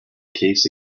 case